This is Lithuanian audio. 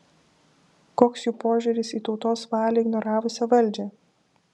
koks jų požiūris į tautos valią ignoravusią valdžią